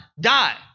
die